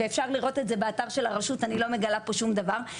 ואפשר לראות את זה באתר של הרשות אני לא מגלה פה שום דבר,